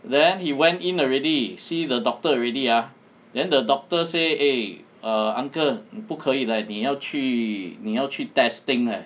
then he went in already see the doctor already ah then the doctor say eh err uncle 你不可以 leh 你要去你要去 testing leh